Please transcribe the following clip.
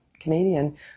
Canadian